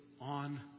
on